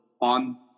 on